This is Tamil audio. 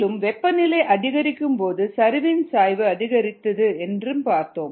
மேலும் வெப்பநிலை அதிகரிக்கும் போது சரிவின் சாய்வு அதிகரிக்கிறது என்றும் பார்த்தோம்